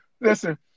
Listen